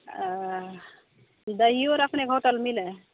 ओ दहियो आर अपनेके होटलमे मिलै हइ